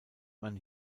man